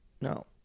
no